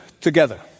together